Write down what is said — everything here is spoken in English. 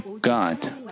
God